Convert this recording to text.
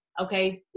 okay